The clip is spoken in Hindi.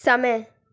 समय